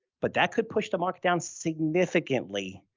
but that could push the market down significantly,